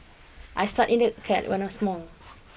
I start in the cat when I was small